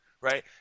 right